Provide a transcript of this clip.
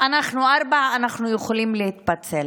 אנחנו ארבעה, אנחנו יכולים להתפצל.